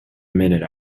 minute